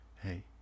hey